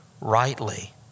rightly